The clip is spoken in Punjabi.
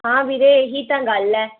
ਹਾਂ ਵੀਰੇ ਇਹ ਹੀ ਤਾਂ ਗੱਲ ਹੈ